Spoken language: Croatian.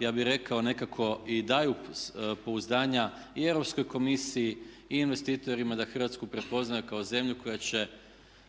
ja bih rekao nekako i daju pouzdanja i Europskoj komisiji i investitorima da Hrvatsku prepoznaju kao zemlju koja će